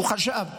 הוא חשב שצריך,